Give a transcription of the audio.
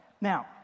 now